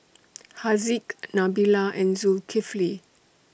Haziq Nabila and Zulkifli